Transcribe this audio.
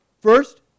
First